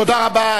תודה רבה.